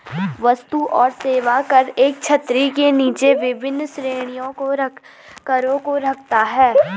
वस्तु और सेवा कर एक छतरी के नीचे विभिन्न श्रेणियों के करों को रखता है